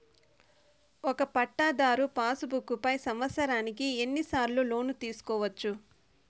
ఒక పట్టాధారు passbook పై సంవత్సరానికి ఎన్ని సార్లు లోను తీసుకోవచ్చు?